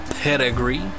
pedigree